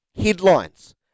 Headlines